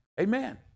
Amen